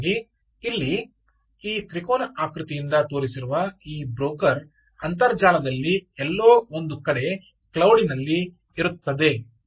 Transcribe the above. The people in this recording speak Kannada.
ಮೂಲಭೂತವಾಗಿ ಇಲ್ಲಿ ಈ ತ್ರಿಕೋನ ಆಕೃತಿಯಿಂದ ತೋರಿಸಿರುವ ಈ ಬ್ರೋಕರ್ ಅಂತರ್ಜಾಲದಲ್ಲಿ ಎಲ್ಲೋ ಒಂದು ಕಡೆ ಕ್ಲೌಡ್ ನಲ್ಲಿ ಇರುತ್ತದೆ